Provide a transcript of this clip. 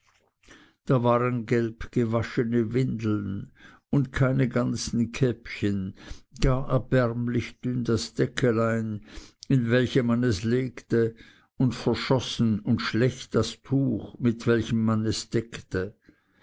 da waren gelbgewaschene windeln und keine ganze käppchen gar erbärmlich dünn das decklein in welches man es legte und verschossen und schlecht das tuch mit welchem man es deckte